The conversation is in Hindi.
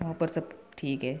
वहाँ पर सब ठीक है